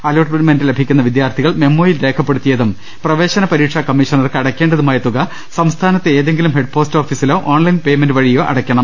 അലോട്ട്ലഭിക്കുന്ന വിദ്യാർഥികൾ മെമ്മോയിൽ രേഖപ്പെടുത്തിയതും പ്രവേശന പരീക്ഷാ കമ്മിഷണർക്ക് അടയ്ക്കേണ്ടതുമായ തുക സംസ്ഥാ നത്തെ ഏതെങ്കിലും ഹെഡ്പോസ്റ്റോഫീസിലോ ഓൺലൈൻ പെയ്മെന്റ് വഴിയോ അടയ്ക്കണം